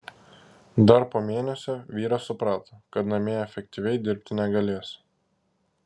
dar po mėnesio vyras suprato kad namie efektyviai dirbti negalės